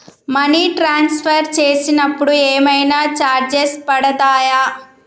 Money transfer చేసినప్పుడు ఏమైనా charges పడతయా?